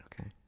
okay